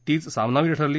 तिच सामनावीर ठरली